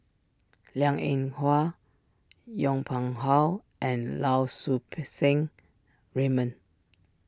Liang Eng Hwa Yong Pung How and Lau Soup Seng Raymond